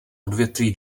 odvětví